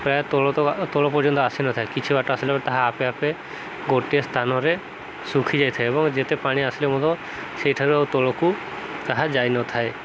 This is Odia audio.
ପ୍ରାୟ ତଳ ପର୍ଯ୍ୟନ୍ତ ଆସିନଥାଏ କିଛି ବାଟ ଆସିଲା ପରେ ତାହା ଆପେ ଆପେ ଗୋଟିଏ ସ୍ଥାନରେ ଶୁଖି ଯାଇଥାଏ ଏବଂ ଯେତେ ପାଣି ଆସିଲେ ମଧ୍ୟ ସେଇଠାରୁ ଆଉ ତଳକୁ ତାହା ଯାଇନଥାଏ